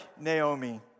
Naomi